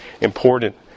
important